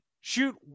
shoot